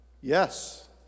yes